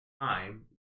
time